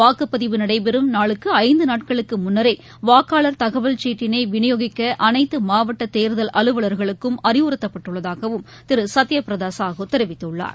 வாக்குப்பதிவு நடைபெறும் நாளுக்கு ஐந்து நாட்களுக்கு முன்னரே வாக்காளர் தகவல் சீட்டினை விநியோகிக்க அனைத்து மாவட்ட தேர்தல் அலுவலர்களுக்கும் அறிவுறத்தப்பட்டுள்ளதாகவும் திரு சத்திய பிரதா சாகு தெரிவித்துள்ளார்